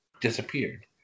disappeared